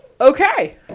Okay